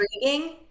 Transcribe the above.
intriguing